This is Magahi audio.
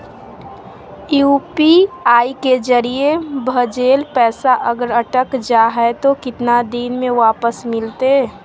यू.पी.आई के जरिए भजेल पैसा अगर अटक जा है तो कितना दिन में वापस मिलते?